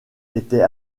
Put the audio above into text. était